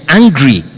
angry